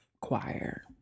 Choir